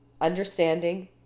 understanding